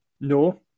No